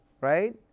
right